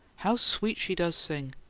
how sweet she does sing!